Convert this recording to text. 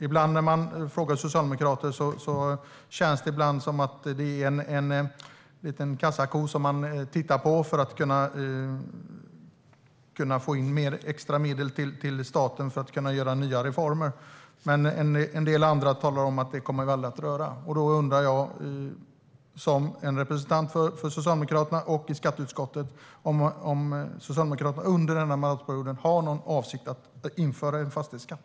Ibland när man frågar socialdemokrater känns det som att det är en liten kassako som de tittar på för att kunna få in extra medel till staten och för att kunna göra nya reformer. Men en del andra säger: Det kommer vi aldrig att röra. Då frågar jag en representant för Socialdemokraterna, som sitter i skatteutskottet, om Socialdemokraterna under denna mandatperiod har någon avsikt att införa en fastighetsskatt.